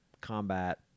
Combat